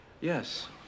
Yes